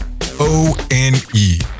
O-N-E